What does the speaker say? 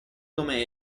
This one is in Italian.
come